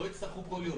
לא יצטרכו כל יום.